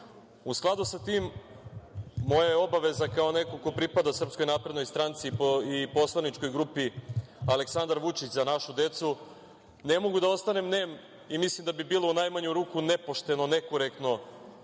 skladu sa tim, moja je obaveza kao nekog ko pripada SNS i poslaničkoj grupi Aleksandar Vučić – Za našu decu, ne mogu da ostanem nem i mislim da bi bilo u najmanju ruku nepošteno, nekorektno